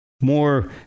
more